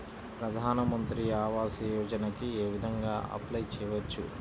ప్రధాన మంత్రి ఆవాసయోజనకి ఏ విధంగా అప్లే చెయ్యవచ్చు?